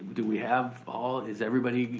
do we have all, is everybody,